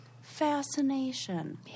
fascination